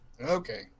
Okay